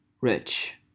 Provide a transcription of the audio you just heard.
rich